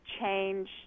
change